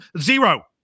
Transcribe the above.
Zero